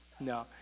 No